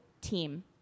team